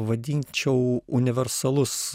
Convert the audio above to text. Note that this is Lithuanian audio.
vadinčiau universalus